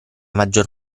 maggior